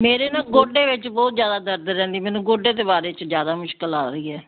ਮੇਰੇ ਨਾ ਗੋਡੇ ਵਿੱਚ ਬਹੁਤ ਜ਼ਿਆਦਾ ਦਰਦ ਰਹਿੰਦੀ ਮੈਨੂੰ ਗੋਡੇ ਦੇ ਬਾਰੇ 'ਚ ਜ਼ਿਆਦਾ ਮੁਸ਼ਕਿਲ ਆ ਰਹੀ ਹੈ